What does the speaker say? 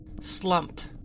slumped